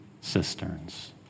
cisterns